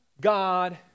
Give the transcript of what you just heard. God